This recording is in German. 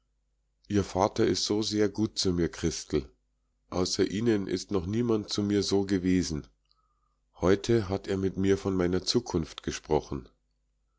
ihr vater is so sehr gut zu mir christel außer ihnen ist noch niemand zu mir so gewesen heute hat er mit mir von meiner zukunft gesprochen